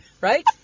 right